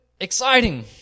exciting